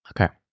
Okay